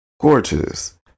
Gorgeous